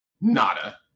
Nada